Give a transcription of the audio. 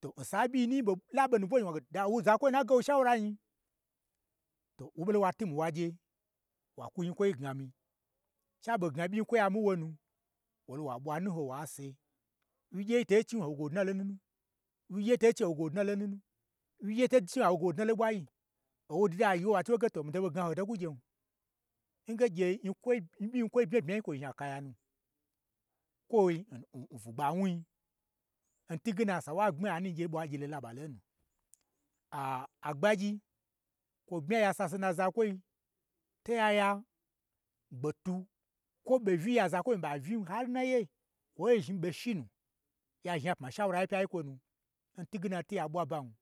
to n sai n ɓyinu ɓo la ɓe nubwo, wange tun da ow zakwi nu na gu wo shaura nyi, to wo ɓolo watwu mwui wa gye, wa kwu nyikwoi gna mii che aɓo gna ɓyin kwoi amii n wonu, wal wa ɓwa nu ho wase, wyi gyei to chi, awo ge wo dnalo n nunu, wyigye to chi, awoge wo dnalo nnunu, wyigyei to chin, a woge wo dnalo n ɓwai, owodida yi wo wachi woge to mii ɓo gna ho nyi, ho to kwu gyen, nge gye nyikwo-ɓyin kwo bmya bmya yi kwo zhni akayanu, kwoi n bwu-bwugba wnu yi, n twuge na sa nwa gbmi ya nu, gye yi ɓwa gye lo laɓa lo lo nu. Aaa, agbagyi kwo bmya ya sase n ya zakwoi, to ya ya gbetwu kwo ɓo uyi n ya zakwoi zhni ɓauyiin, har n naye, kwo zhni ɓo shi nuya zhnapma nshaura yi pyan kwo nu, n twuge na to ya ɓwa ban.